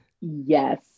Yes